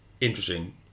interesting